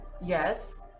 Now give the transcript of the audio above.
yes